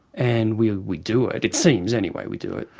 and we we do it it seems anyway, we do it.